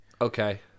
Okay